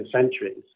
centuries